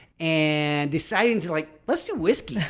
and deciding to like, let's do whiskey.